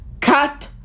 Cut